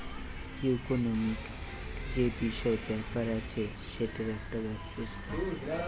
economic যে বিষয় ব্যাপার আছে সেটার একটা ব্যবস্থা